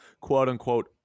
quote-unquote